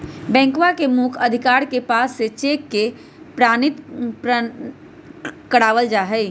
बैंकवा के मुख्य अधिकारी के पास से चेक के प्रमाणित करवावल जाहई